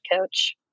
Coach